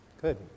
Good